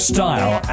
Style